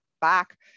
back